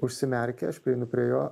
užsimerkia aš prieinu prie jo